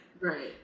Right